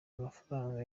amafaranga